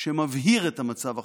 שמבהיר את המצב החוקי,